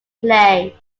play